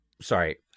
Sorry